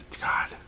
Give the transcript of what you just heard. God